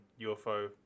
UFO